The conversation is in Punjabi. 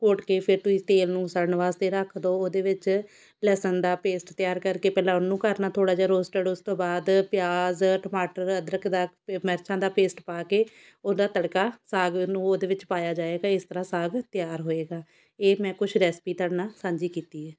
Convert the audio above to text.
ਘੋਟ ਕੇ ਫਿਰ ਤੁਸੀਂ ਤੇਲ ਨੂੰ ਸੜਨ ਵਾਸਤੇ ਰੱਖ ਦਿਉ ਉਹਦੇ ਵਿੱਚ ਲਸਣ ਦਾ ਪੇਸਟ ਤਿਆਰ ਕਰਕੇ ਪਹਿਲਾਂ ਉਹਨੂੰ ਕਰਨਾ ਥੋੜ੍ਹਾ ਜਿਹਾ ਰੋਸਟਡ ਉਸ ਤੋਂ ਬਾਅਦ ਪਿਆਜ਼ ਟਮਾਟਰ ਅਦਰਕ ਦਾ ਪ ਮਿਰਚਾਂ ਦਾ ਪੇਸਟ ਪਾ ਕੇ ਉਹਦਾ ਤੜਕਾ ਸਾਗ ਨੂੰ ਉਹਦੇ ਵਿੱਚ ਪਾਇਆ ਜਾਵੇਗਾ ਇਸ ਤਰ੍ਹਾਂ ਸਾਗ ਤਿਆਰ ਹੋਏਗਾ ਇਹ ਮੈਂ ਕੁਛ ਰੈਸਪੀ ਤੁਹਾਡੇ ਨਾਲ਼ ਸਾਂਝੀ ਕੀਤੀ ਹੈ